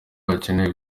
hakenewe